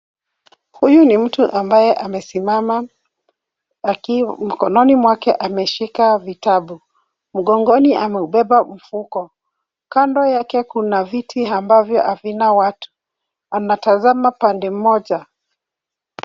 Huyu ni mtu ambaye amesimama mkononi mwake ameshika vitabu. Mgongoni ameubeba mfuko. Kando yake kuna viti ambavyo havina watu. Anatazama pande moja.